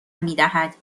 میدهد